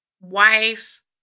wife